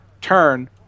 turn